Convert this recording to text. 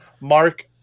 mark